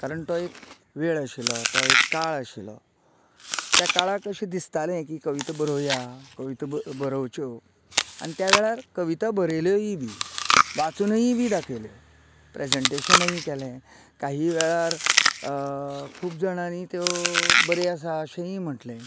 कारण तो एक वेळ आशिल्लो तो एक काळ आशिल्लो त्या काळाक अशें दिसतालें की कविता बरोवया कविता बरोवच्यो आनी त्या वेळार कविता बरयल्योय बी वाचुनूय बी दाखयल्यो प्रेजेंटेशनूय केलें काही वेळार खूब जाणांनी त्यो बऱ्यो आसा अशेंय बी म्हटलें